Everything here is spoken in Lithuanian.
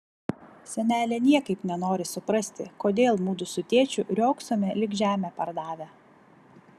senelė niekaip nenori suprasti kodėl mudu su tėčiu riogsome lyg žemę pardavę